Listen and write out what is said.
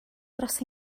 dros